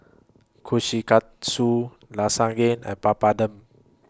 Kushikatsu Lasagne and Papadum